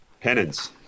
Penance